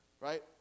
Right